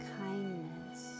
kindness